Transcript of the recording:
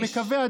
אני מקווה,